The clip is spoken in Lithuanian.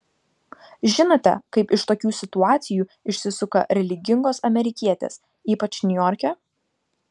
žinote kaip iš tokių situacijų išsisuka religingos amerikietės ypač niujorke